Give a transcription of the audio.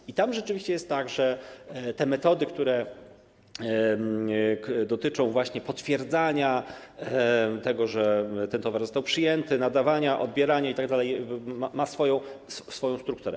I tam rzeczywiście jest tak, że te metody, które dotyczą potwierdzania tego, że ten towar został przyjęty, nadawania, odbierania itd., mają swoją strukturę.